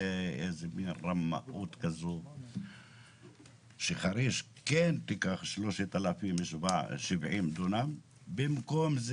זאת רמאות כדי חריש כן תיקח 3,070 דונם ובמקום זה